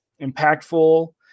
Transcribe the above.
impactful